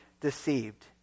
deceived